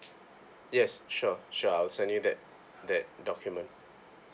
yes sure sure I'll send you that that document